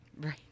Right